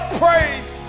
praise